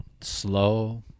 Slow